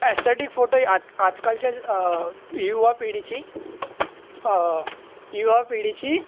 aesthetic photo हे आज आजकालच्या युवा पिढीची युवा पिढीची